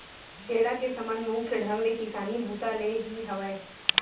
टेंड़ा के संबंध मुख्य ढंग ले किसानी बूता ले ही हवय